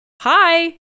hi